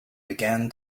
began